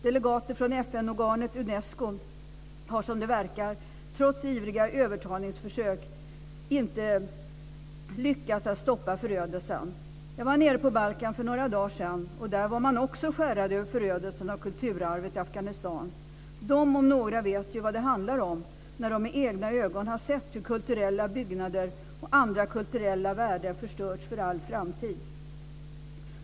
Delegater från FN-organet Unesco har som det verkar trots ivriga övertalningsförsök inte lyckats stoppa förödelsen. Jag var nere på Balkan för några dagar sedan och där var man också skärrad över förödelsen av kulturarvet i Afghanistan. De om några vet vad det handlar om, eftersom de med egna ögon har sett hur kulturella byggnader och andra kulturella värden förstörts för all framtid.